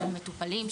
של מטופלים,